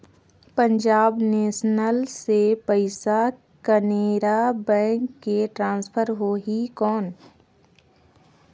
Punjab national ले पइसा Canara bank मे ट्रांसफर होहि कौन?